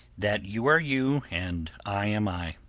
that you are you and i am i.